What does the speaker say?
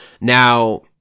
Now